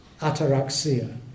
ataraxia